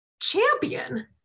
Champion